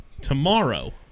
tomorrow